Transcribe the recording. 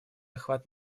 охват